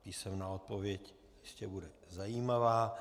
Písemná odpověď jistě bude zajímavá.